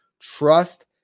Trust